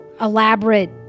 elaborate